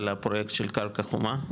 על הפרויקט של קרקע חומה,